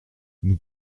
nous